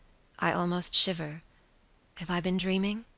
i almost shiver have i been dreaming?